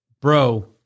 bro